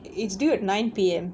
it's due at nine P_M